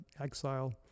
exile